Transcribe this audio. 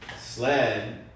SLED